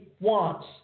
wants